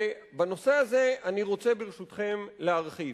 בנושא זה אני רוצה, ברשותכם, להרחיב.